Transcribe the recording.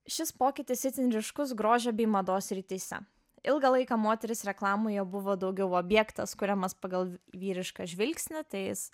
šis pokytis itin ryškus grožio bei mados srityse ilgą laiką moteris reklamoje buvo daugiau objektas kuriamas pagal vyrišką žvilgsnį tai is